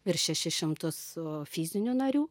virš šešis šimtus fizinių narių